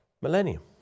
millennium